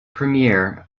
premier